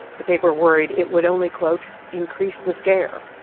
the paper worried it would only, quote, increase the scare.